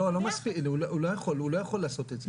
לא, הוא לא יכול לעשות את זה.